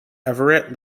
everett